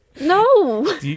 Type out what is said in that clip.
No